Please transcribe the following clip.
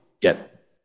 get